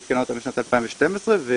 שעדכנה אותם בשנת 2012 וקבעה